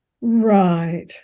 right